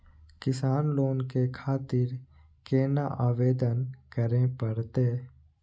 किसान लोन के खातिर केना आवेदन करें परतें?